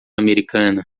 americana